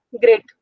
great